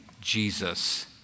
Jesus